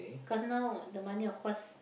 cause now the money of course